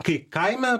kai kaime